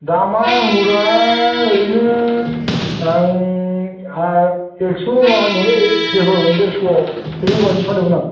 दामा आंगुरा ओरैनो आं एगस' देरस' सेजौ बाजिआव फानोमोन आं